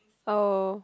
oh